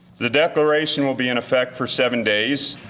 the declaration will be in effect for seven days.